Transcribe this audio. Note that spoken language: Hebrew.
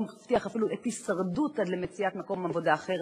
מצד אחד לבקש להילחם בעוני ובאבטלה,